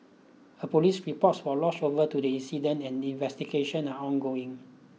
a police report was lodged over to the incident and investigation are ongoing